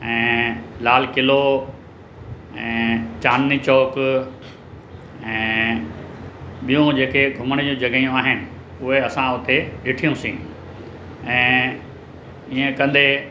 ऐं लाल क़िलो ऐं चांदनी चौक ऐं ॿियूं जेके घुमण जूं जॻहयूं आहिनि उहे असां हुते ॾिठियूंसीं ऐं इअं कंदे